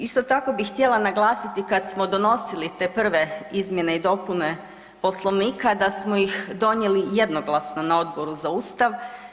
Isto tako bih htjela naglasiti kad smo donosili te prve izmjene i dopune Poslovnika da smo ih donijeli jednoglasno na Odboru za Ustav.